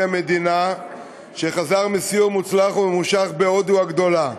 המדינה שחזר מסיור מוצלח וממושך בהודו הגדולה.